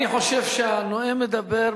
אני חושב שהנואם מדבר,